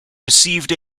received